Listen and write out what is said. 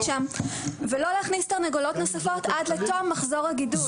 שם ולא להכניס תרנגולות נוספות עד לאותו מחזור הגידול.